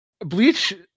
bleach